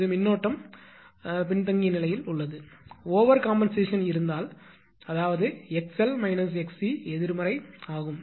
இது மின்னோட்டம் current I பின்தங்கிய நிலையில் ஓவர் கம்பென்சேஷன் இருந்தால் அதாவது 𝑥𝑙 𝑥𝑐 எதிர்மறை ஆகிறது அதுவே அது 𝐼𝑟 இருக்கும்